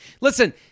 Listen